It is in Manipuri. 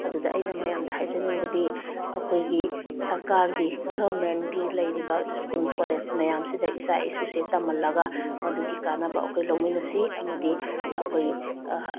ꯑꯗꯨꯗ ꯑꯩꯅ ꯃꯌꯥꯝꯗ ꯍꯥꯏꯖꯅꯤꯡꯕꯗꯤ ꯑꯩꯈꯣꯏꯒꯤ ꯁꯔꯀꯥꯔꯒꯤ ꯒꯔꯃꯦꯟꯒꯤ ꯂꯩꯔꯤꯕ ꯁ꯭ꯀꯨꯜ ꯀꯣꯂꯦꯖ ꯃꯌꯥꯝꯁꯤꯗ ꯏꯆꯥ ꯏꯁꯨꯁꯦ ꯇꯝꯍꯜꯂꯒ ꯃꯗꯨꯒꯤ ꯀꯥꯟꯅꯕ ꯑꯩꯈꯣꯏ ꯂꯧꯃꯤꯟꯅꯁꯤ ꯑꯃꯗꯤ ꯑꯩꯈꯣꯏ